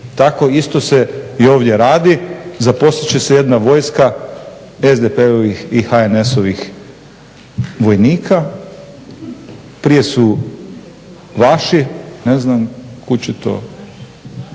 Tako isto se i ovdje radi, zaposlit će se jedna vojska SDP-ovih i HNS-ovih vojnika. Prije su vaši, ne znam kud će to.